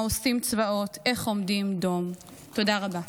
עושים צבאות / איך עומדים דום." תודה רבה.